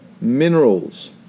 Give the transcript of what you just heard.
Minerals